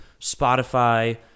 Spotify